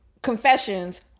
Confessions